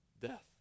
death